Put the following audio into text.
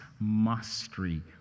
mastery